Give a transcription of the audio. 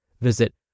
Visit